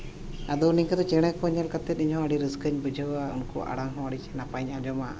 ᱟᱫᱚ ᱱᱤᱝᱠᱟᱹ ᱫᱚ ᱪᱮᱬᱮ ᱠᱚ ᱧᱮᱞ ᱠᱟᱛᱮᱫ ᱤᱧᱦᱚᱸ ᱟᱹᱰᱤ ᱨᱟᱹᱥᱠᱟᱹᱧ ᱵᱩᱡᱷᱟᱹᱣᱟ ᱩᱱᱠᱩᱣᱟᱜ ᱟᱲᱟᱝ ᱦᱚᱸ ᱟᱹᱰᱤ ᱪᱮ ᱱᱟᱯᱟᱭᱤᱧ ᱟᱸᱡᱚᱢᱟ